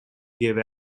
gave